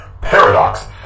paradox